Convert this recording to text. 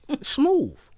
Smooth